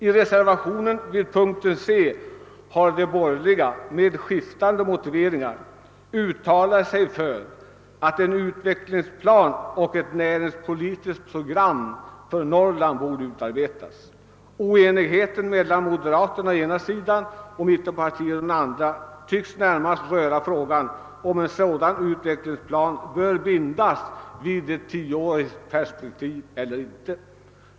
I reservationer vid punkten G har de borgerliga — med skiftande motiveringar — uttalat sig för att en utvecklingsplan och ett näringspolitiskt program för Norrland borde utarbetas. Oenigheten mellan moderaterna å ena sidan och mittenpartierna å den andra tycks närmast röra frågan om en sådan utvecklingsplan bör bindas vid ett tioårigt perspektiv eller inte.